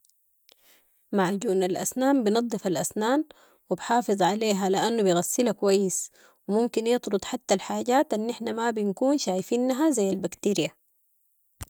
معجون الاسنان بنضف الاسنان و بيحافظ عليها، لانو بيغسلها كويس و ممكن يطرد حته الحاجات النحن ما بنكون شايفنها زي البيكتريا.